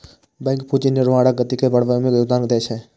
bank पूंजी निर्माणक गति के बढ़बै मे योगदान दै छै